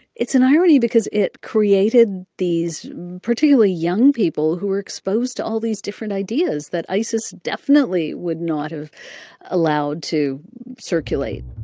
it's an irony because it created these particularly young people who were exposed to all these different ideas that isis definitely would not have allowed to circulate